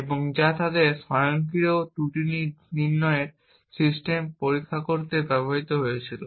এবং যা তাদের স্বয়ংক্রিয় ত্রুটি নির্ণয়ের সিস্টেম পরীক্ষা করতে ব্যবহৃত হয়েছিল